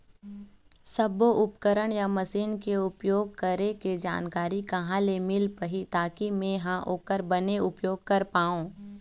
सब्बो उपकरण या मशीन के उपयोग करें के जानकारी कहा ले मील पाही ताकि मे हा ओकर बने उपयोग कर पाओ?